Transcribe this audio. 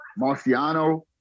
Marciano